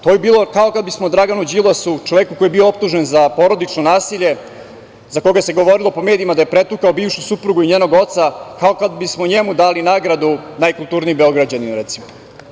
To bi bilo kao kada bismo Draganu Đilasu, čoveku koji je bio optužen za porodično nasilje, za koga se govorilo po medijima da je pretukao bivšu suprugu i njenog oca, dali nagradu – najkulturnijeg Beograđanina, recimo.